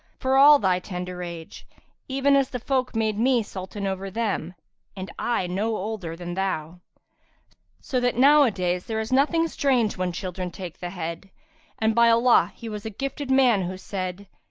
for all thy tender age even as the folk made me sultan over them and i no older than thou so that nowadays there is nothing strange when children take the head and by allah, he was a gifted man who said,